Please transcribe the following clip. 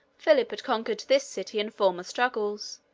philip had conquered this city in former struggles,